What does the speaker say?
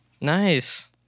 Nice